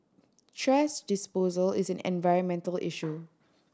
thrash disposal is an environmental issue